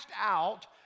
out